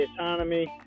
autonomy